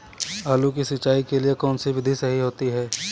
आलू की सिंचाई के लिए कौन सी विधि सही होती है?